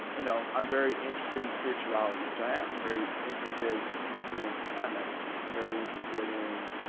you know, i'm very interested in spirituality, which i am and very interested in plant medicine. i'm very interested in,